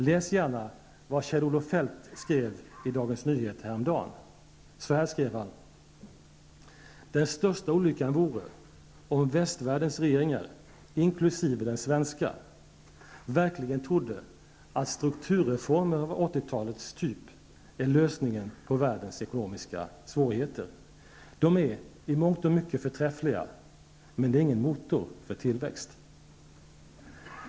Läs gärna vad Kjell-Olof Feldt skrev i Dagens Nyheter häromdagen: ''Den största olyckan vore om västvärldens regeringar, inklusive den svenska, verkligen trodde att strukturreformer av 80-talstyp är lösningen på världens ekonomiska svårigheter. De är som sagt i mångt och mycket förträffliga -- men de är ingen motor för tillväxt.''